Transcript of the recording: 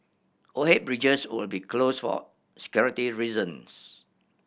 overhead bridges will be closed for security reasons